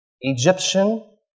Egyptian